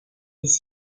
des